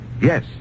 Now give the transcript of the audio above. yes